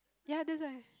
ya that's why